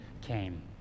came